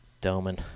Doman